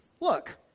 Look